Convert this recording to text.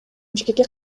бишкекке